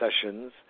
sessions